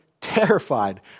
Terrified